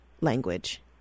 language